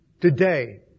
today